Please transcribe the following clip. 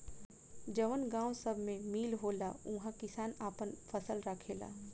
जवन गावं सभ मे मील होला उहा किसान आपन फसल राखेला